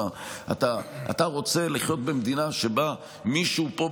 אתה רוצה לחיות במדינה שבה מישהו פה,